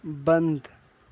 بند